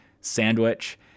sandwich